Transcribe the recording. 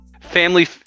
Family